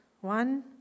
one